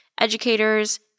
educators